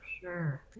sure